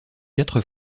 quatre